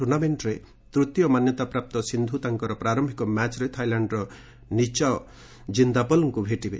ଟୁର୍ଣ୍ଣାମେଣ୍ଟରେ ତୃତୀୟ ମାନ୍ୟତାପ୍ରାପ୍ତ ସିନ୍ଧୁ ତାଙ୍କର ପ୍ରାରମ୍ଭିକ ମ୍ୟାଚ୍ରେ ଥାଇଲାଣ୍ଡ୍ର ନିଚାଓ ଜିନ୍ଦାପଲ୍ଙ୍କୁ ଭେଟିବେ